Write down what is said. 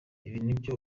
ibyo